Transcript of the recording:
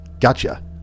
Gotcha